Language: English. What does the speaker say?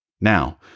Now